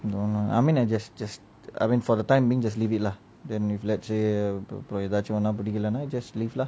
no lah I mean I just just I think for the time being just leave it lah then if let's say எதவச்சு பிடிக்கலன:ethavachu pidikalana just leave lah